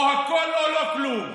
או הכול או לא כלום.